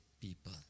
people